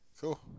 Cool